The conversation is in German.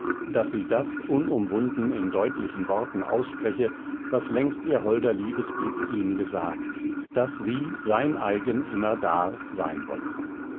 daß sie das unumwunden in deutlichen worten ausspreche was längst ihr holder liebesblick ihm gesagt daß sie sein eigen immerdar sein wolle